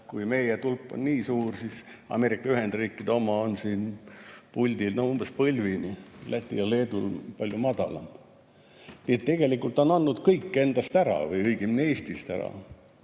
kui meie tulp on nii kõrge, siis Ameerika Ühendriikide oma on siin puldil umbes põlvini, Lätil ja Leedul on palju madalam. Nii et tegelikult ta on andnud kõik endast ära, või õigemini Eestist ära.